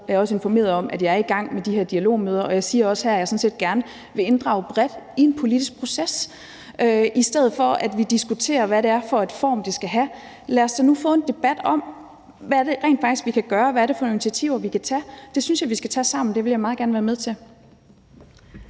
jeg har også informeret om, at jeg er i gang med de her dialogmøder. Jeg siger også her, at jeg sådan set gerne vil inddrage bredt i en politisk proces. I stedet for at vi diskuterer, hvad det er for en form, det skal have, så lad os da nu få en debat om, hvad vi rent faktisk kan gøre, og hvad for nogle initiativer vi kan tage. Det synes jeg vi skal tage sammen. Det vil jeg meget gerne være med til.